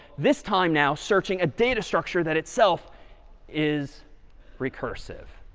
this time now searching a data structure that itself is recursive.